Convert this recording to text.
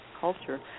culture